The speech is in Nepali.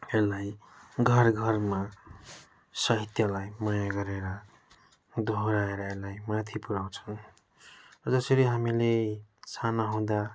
यसलाई घर घरमा सहित्यलाई माया गरेर डोहोऱ्याएर यसलाई माथि पुऱ्याउँछन् जसरी हामीले साना हुँदा